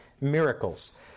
Miracles